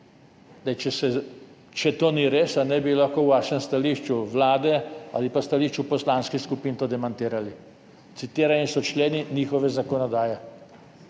Če to ni res, bi lahko v vašem stališču, stališču vlade, ali pa v stališču poslanskih skupin to demantirali. Citirani so členi njihove zakonodaje,